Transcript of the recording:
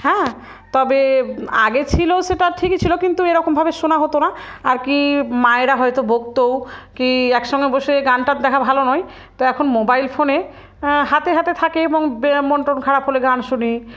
হ্যাঁ তবে আগে ছিল সেটা ঠিকই ছিলো কিন্তু এরকমভাবে শোনা হতো না আর কি মায়েরা হয়তো বকতো কি একসঙ্গে বসে গানটা দেখা ভালো নয় তো এখন মোবাইল ফোনে হাতে হাতে থাকে এবং মন টন খারাপ হলে গান শুনি